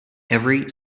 every